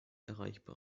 erreichbar